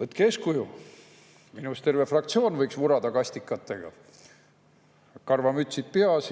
Võtke eeskuju! Minu arust terve see fraktsioon võiks vurada kastikatega, karvamütsid peas.